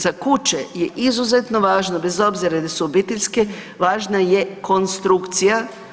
Za kuće je izuzetno važno, bez obzira jesu li obiteljske, važna je konstrukcija.